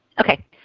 Okay